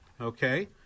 okay